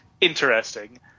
interesting